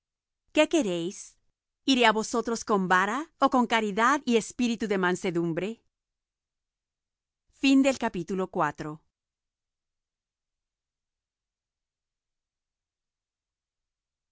qué queréis iré á vosotros con vara ó con caridad y espíritu de mansedumbre